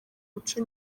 muco